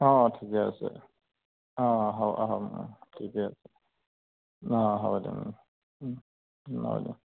অঁ ঠিকে আছে অঁ হ'ব হ'ব ঠিকে আছে অঁ হ'ব দে অঁ হ'ব দে